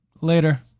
Later